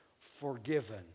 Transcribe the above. forgiven